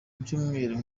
ibyumweru